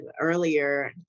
earlier